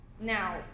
Now